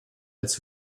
als